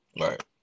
right